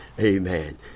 Amen